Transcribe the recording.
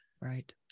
right